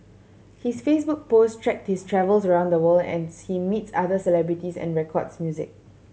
his Facebook post track his travels around the world as she meets other celebrities and records music